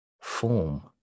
form